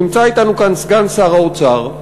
נמצא אתנו כאן סגן שר האוצר.